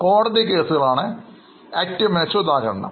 കോടതി കേസുകൾ ആണ് ഏറ്റവും മികച്ച ഉദാഹരണം